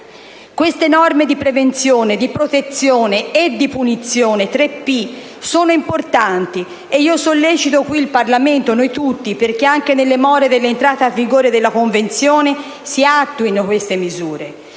Queste norme di prevenzione, di protezione e di punizione (tre "p") sono importanti, e io sollecito qui il Parlamento, noi tutti perché, anche nelle more dell'entrata in vigore della Convenzione, si attuino queste misure.